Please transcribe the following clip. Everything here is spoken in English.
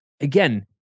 again